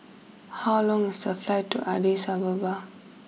how long is the flight to Addis Ababa